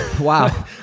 wow